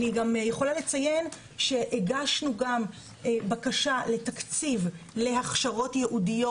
אציין שהגשנו גם בקשה לתקציב להכשרות ייעודיות.